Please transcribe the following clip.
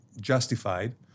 justified